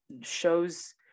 shows